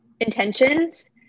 intentions